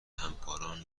همکاران